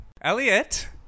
elliot